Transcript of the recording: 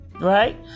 Right